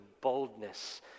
boldness